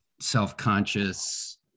self-conscious